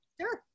Sure